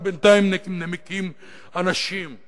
ובינתיים אנשים נמקים,